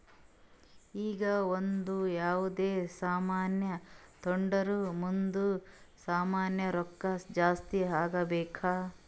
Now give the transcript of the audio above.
ಈಗ ಒಂದ್ ಯಾವ್ದೇ ಸಾಮಾನ್ ತೊಂಡುರ್ ಮುಂದ್ನು ಸಾಮಾನ್ದು ರೊಕ್ಕಾ ಜಾಸ್ತಿ ಆಗ್ಬೇಕ್